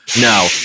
no